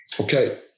okay